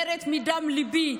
חברתי, אני מדברת מדם ליבי.